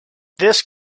this